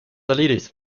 erledigt